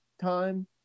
time